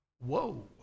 whoa